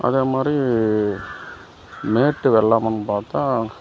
அதே மாதிரி மேட்டு வெள்ளாமன்னு பார்த்தா